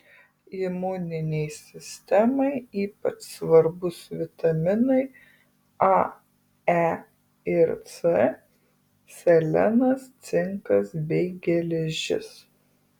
imuninei sistemai ypač svarbūs vitaminai a e ir c selenas cinkas bei geležis